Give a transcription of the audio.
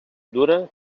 dura